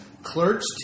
Clerks